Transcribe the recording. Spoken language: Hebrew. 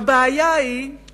איזה סגנון זה?